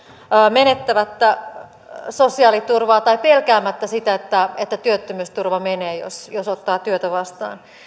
menettämättä sosiaaliturvaa tai pelkäämättä sitä että työttömyysturva menee jos jos ottaa työtä vastaan